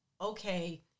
okay